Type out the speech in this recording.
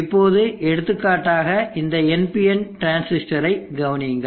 இப்போது எடுத்துக்காட்டாக இந்த NPN டிரான்சிஸ்டரைக் கவனியுங்கள்